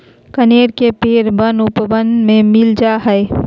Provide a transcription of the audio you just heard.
कनेर के पेड़ वन उपवन में मिल जा हई